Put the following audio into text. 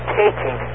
taking